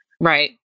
Right